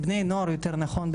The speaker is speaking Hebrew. בני נוער יותר נכון,